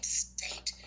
state